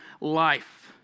life